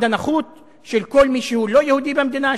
הנחות של כל מי שהוא לא יהודי במדינה,